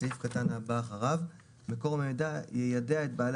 הסעיף קטן הבא אחריו "מקור המידע יידע את בעלי